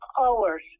hours